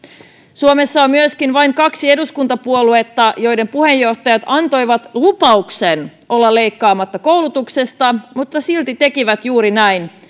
suomessa on myöskin vain kaksi eduskuntapuoluetta joiden puheenjohtajat antoivat lupauksen olla leikkaamatta koulutuksesta mutta silti tekivät juuri näin